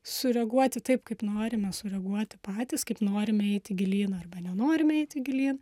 sureaguoti taip kaip norime sureaguoti patys kaip norime eiti gilyn arba nenorime eiti gilyn